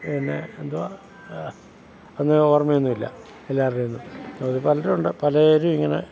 പിന്നെ എന്തുവാ അങ്ങനെ ഓർമ്മയൊന്നുവില്ല എല്ലാവരുടെ ഒന്നും അവർ പലരുമുണ്ട് പലരും ഇങ്ങനെ